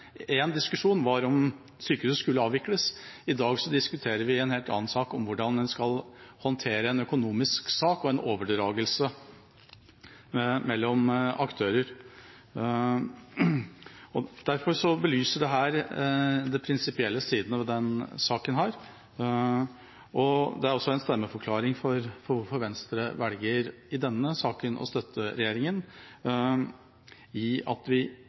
diskusjon var om sykehuset skulle avvikles. I dag diskuterer vi en helt annen sak, nemlig hvordan en skal håndtere en økonomisk sak og overdragelse mellom aktører. Dette belyser de prinsipielle sidene ved denne saken. Det er også en stemmeforklaring for hvorfor Venstre i denne saken velger å støtte regjeringa i at Stortinget per i dag ikke skal ha noen rolle i å vedta et beløp for hva vi